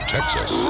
Texas